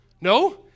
No